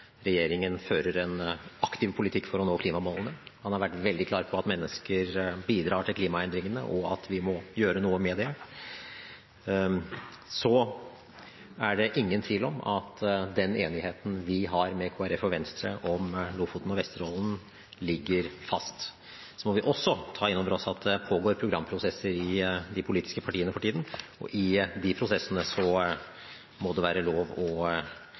regjeringen fører en aktiv politikk for å nå klimamålene. Han har vært veldig klar på at mennesker bidrar til klimaendringene, og at vi må gjøre noe med det. Det er ingen tvil om at den enigheten vi har med Kristelig Folkeparti og Venstre om Lofoten og Vesterålen, ligger fast. Så må vi også ta inn over oss at det pågår programprosesser i de politiske partiene for tiden, og i de prosessene må det være lov å